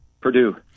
Purdue